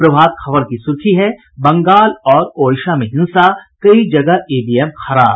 प्रभात खबर की सुर्खी है बंगाल और ओड़िशा में हिंसा कई जगह ईवीएम खराब